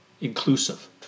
inclusive